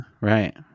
Right